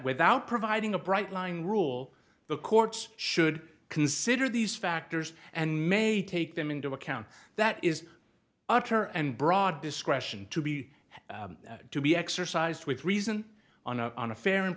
without providing a bright line rule the courts should consider these factors and may take them into account that is utter and broad discretion to be to be exercised with reason on a on a fair in